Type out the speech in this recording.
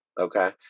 Okay